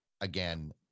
again